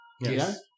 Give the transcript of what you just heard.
Yes